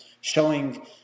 showing